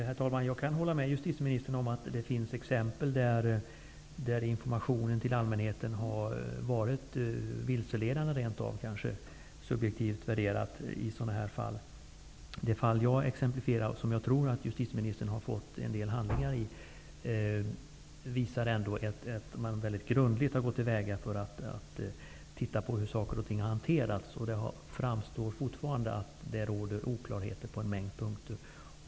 Herr talman! Jag kan hålla med justitieministern om att det finns exempel på att informationen till allmänheten har varit rent av vilseledande, subjektivt värderat, i sådana här fall. Det fall som jag exemplifierade med och som jag tror att justitieministern har fått en del handlingar om visar ändå att man har gått väldigt grundligt till väga för att undersöka hur saker och ting har hanterats, men det verkar som om det fortfarande råder oklarheter på en mängd punkter.